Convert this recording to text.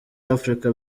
africa